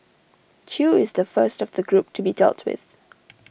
chew is the first of the group to be dealt with